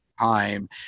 time